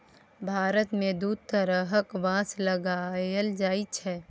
भारत मे दु तरहक बाँस लगाएल जाइ छै